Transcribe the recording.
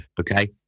okay